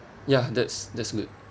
ya that's that's good